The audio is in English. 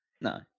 No